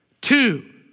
Two